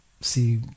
see